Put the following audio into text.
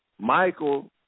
Michael